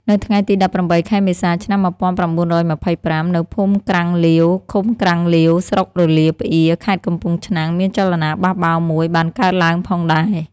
នៅថ្ងៃទី ១៨ ខែមេសា ឆ្នាំ ១៩២៥ នៅភូមិក្រាំងលាវ ឃុំក្រាំងលាវ ស្រុករលាប្អៀរ ខេត្តកំពង់ឆ្នាំង មានចលនាបះបោរមួយបានកើតឡើងផងដែរ។